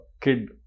kid